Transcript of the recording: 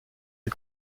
die